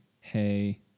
Hey